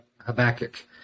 Habakkuk